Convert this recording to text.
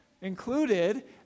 included